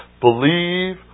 Believe